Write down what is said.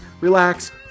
relax